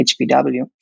HPW